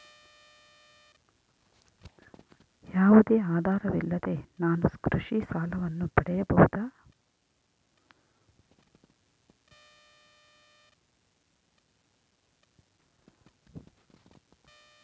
ಯಾವುದೇ ಆಧಾರವಿಲ್ಲದೆ ನಾನು ಕೃಷಿ ಸಾಲವನ್ನು ಪಡೆಯಬಹುದಾ?